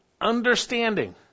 understanding